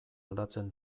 aldatzen